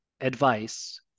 advice